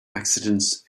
accidents